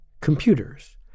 computers